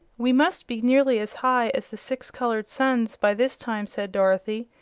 we must be nearly as high as the six colored suns, by this time, said dorothy.